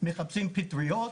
מחפשים פטריות,